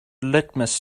litmus